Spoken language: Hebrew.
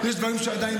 זה היה בוועדה.